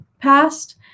passed